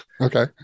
Okay